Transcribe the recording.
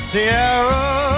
Sierra